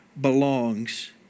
belongs